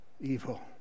evil